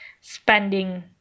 spending